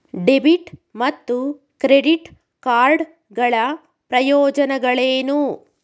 Debit ಮತ್ತು credit card ಗಳ ಪ್ರಯೋಜನಗಳೇನು?